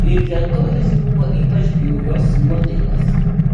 ir dėl to jis buvo ypač bjaurios nuotaikos